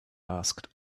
asked